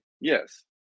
Yes